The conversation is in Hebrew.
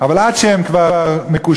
אבל עד שהם כבר מקושרים